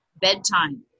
bedtime